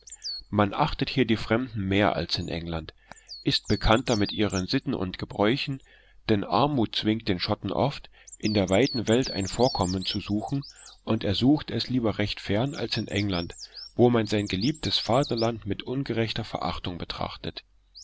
man achtet hier die fremden mehr als in england ist bekannter mit ihren sitten und gebräuchen denn armut zwingt den schotten oft in der weiten welt ein fortkommen zu suchen und er sucht es lieber recht fern als in england wo man sein geliebtes vaterland mit ungerechter verachtung betrachtet